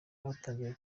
batangiye